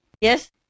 Yes